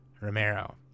Romero